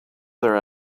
there